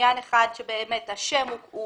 עניין אחד שבאמת השם הוא